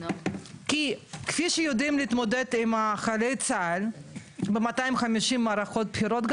כי כפי שיודעים להתמודד עם חיילי צה"ל ב-250 מערכות בחירות,